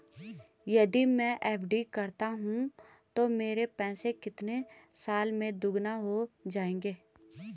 यदि मैं एफ.डी करता हूँ तो मेरे पैसे कितने साल में दोगुना हो जाएँगे?